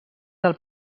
del